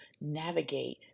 navigate